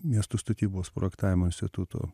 miestų statybos projektavimo instituto